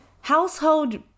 Household